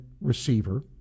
receiver